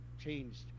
changed